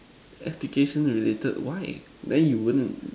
application related why then you wouldn't